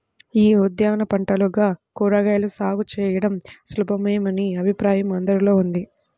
యీ ఉద్యాన పంటలుగా కూరగాయల సాగు చేయడం సులభమనే అభిప్రాయం అందరిలో ఉంది